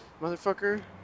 motherfucker